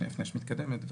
בסדר?